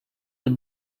that